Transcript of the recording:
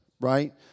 Right